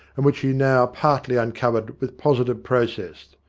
and which he now partly uncovered with positive protests.